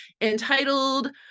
entitled